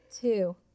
two